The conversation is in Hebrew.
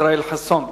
ישראל חסון.